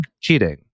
cheating